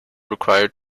required